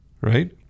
right